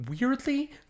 weirdly